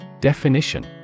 Definition